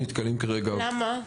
למה?